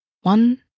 One